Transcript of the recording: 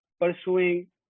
pursuing